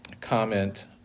comment